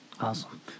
Awesome